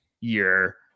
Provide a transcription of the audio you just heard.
year